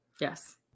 Yes